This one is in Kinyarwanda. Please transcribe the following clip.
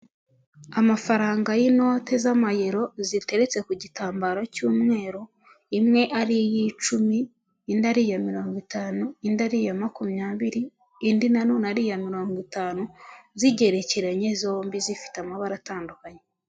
Amafaranga y'inote z'amayero ziteretse ku gitambaro cy'umweru imwe ari iy'icuumi indi ariya mirongo itanu indi ariya makumyabiri indi na none ari iya mirongo itanu zigerekeranye zombi zifite amabara atandukanye.